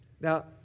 Now